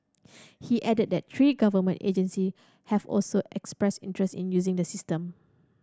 he added that three government agency have also expressed interest in using the system